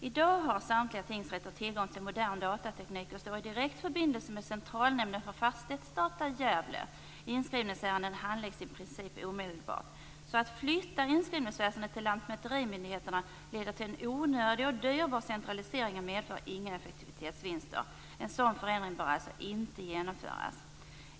I dag har samtliga tingsrätter tillgång till modern datateknik och står i direkt förbindelse med Centralnämnden för fastighetsdata i Gävle. Inskrivningsärenden handläggs i princip omedelbart. Att flytta inskrivningsväsendet till lantmäterimyndigheterna leder alltså till en onödig och dyrbar centralisering och medför inga effektivitetsvinster. En sådan förändring bör inte genomföras.